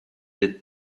des